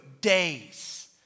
days